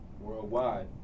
Worldwide